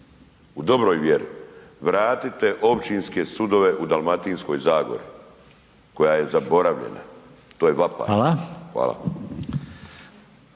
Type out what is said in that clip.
u dobroj mjeri vratite općinske sudove u Dalmatinskoj zagori koja je zaboravljena, to je vapaj. Hvala.